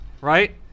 Right